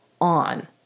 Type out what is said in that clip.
on